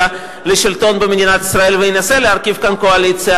לשלטון במדינת ישראל וינסה להרכיב כאן קואליציה,